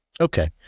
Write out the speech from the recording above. Okay